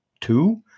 two